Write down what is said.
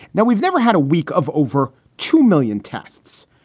now, we've never had a week of over two million tests,